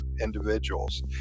individuals